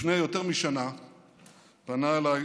לפני יותר משנה פנה אליי